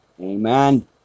Amen